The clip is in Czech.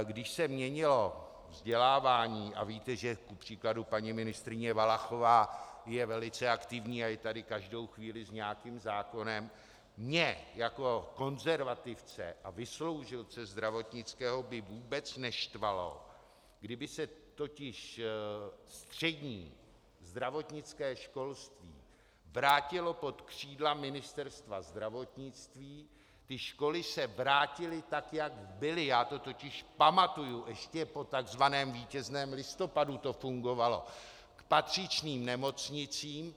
Když se měnilo vzdělávání, a víte, že kupříkladu paní ministryně Valachová je velice aktivní a je tady každou chvíli s nějakým zákonem, mě jako konzervativce a zdravotnického vysloužilce by vůbec neštvalo, kdyby se totiž střední zdravotnické školství vrátilo pod křídla Ministerstva zdravotnictví, školy se vrátily tak, jak byly já to totiž pamatuji, ještě po takzvaném vítězném listopadu to fungovalo , k patřičným nemocnicím.